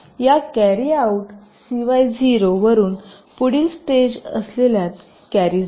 या carry out CY0 वरून पुढील स्टेज असलेल्यात कॅरी जाईल